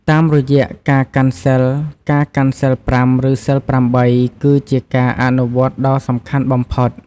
តាមរយៈការកាន់សីល ការកាន់សីលប្រាំ ឬសីលប្រាំបី គឺជាការអនុវត្តដ៏សំខាន់បំផុត។